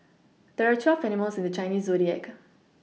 there are twelve animals in the Chinese zodiac